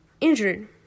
Injured